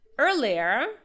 Earlier